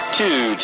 two